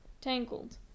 Tangled